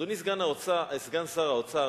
אדוני סגן שר האוצר,